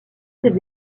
ses